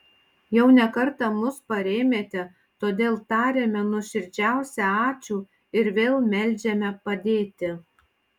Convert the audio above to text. jau ne kartą mus parėmėte todėl tariame nuoširdžiausią ačiū ir vėl meldžiame padėti